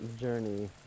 journey